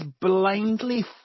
blindly